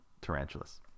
tarantulas